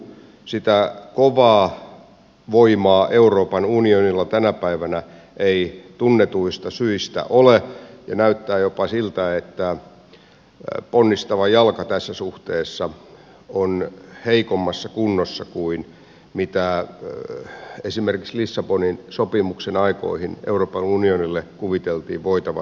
sitä kovaa voimaa euroopan unionilla tänä päivänä ei tunnetuista syistä ole ja näyttää jopa siltä että ponnistava jalka tässä suhteessa on heikommassa kunnossa kuin mitä esimerkiksi lissabonin sopimuksen aikoihin euroopan unionille kuviteltiin voivan löytyä